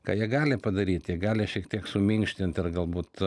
kai jie gali padaryt jie gali šiek tiek suminkštint ir galbūt